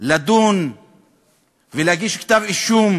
לדון ולהגיש כתב-אישום,